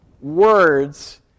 words